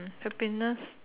happiness